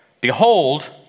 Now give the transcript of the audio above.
behold